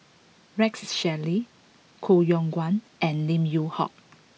Rex Shelley Koh Yong Guan and Lim Yew Hock